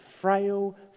frail